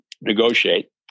negotiate